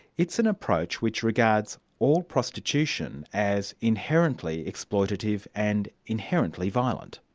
it's an approach which regards all prostitution as inherently exploitative and inherently violent.